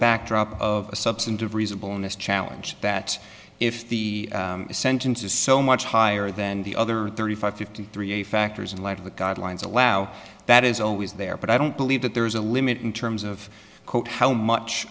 backdrop of a substantive reasonable in this challenge that if the sentence is so much higher than the other thirty five fifty three factors in light of the guidelines allow that is always there but i don't believe that there is a limit in terms of code how much